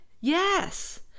Yes